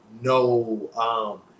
no –